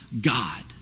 God